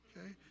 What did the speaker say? okay